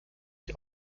ich